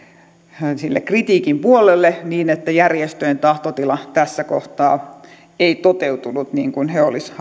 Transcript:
sille kritiikin puolelle niin että järjestöjen tahtotila tässä kohtaa ei toteutunut niin kuin he olisivat